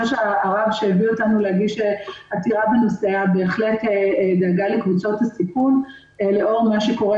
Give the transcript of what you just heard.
שהביא אותנו להגיש עתירה בנושא בהחלט נגע לקבוצות הסיכון לאור מה שקורה